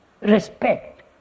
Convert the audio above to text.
respect